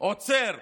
עוצר,